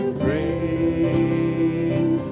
praise